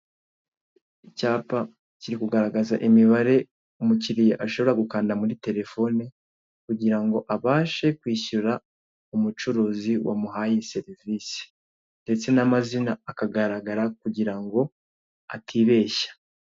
Icyapa kiri kugaragaza imibare umukiriya ashobora gukanda muri telefone kugira ngo abashe kwishyura umucuruzi wamuhaye serivise ndetse n'amazina akagaragara kugira ngo atibeshya.